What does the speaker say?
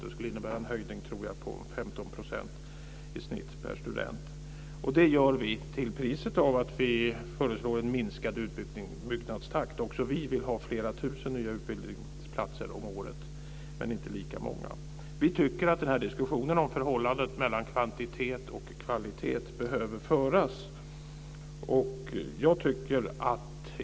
Det skulle innebära en höjning på 15 % i snitt per student. Det gör vi till priset av att vi föreslår en minskad utbyggnadstakt. Också vi vill ha flera tusen nya utbildningsplatser om året men inte lika många. Vi tycker att diskussionen om förhållandet mellan kvantitet och kvalitet behöver föras.